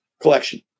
collection